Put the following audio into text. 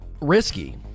risky